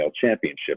championship